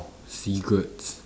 cigarettes